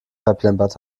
verplempert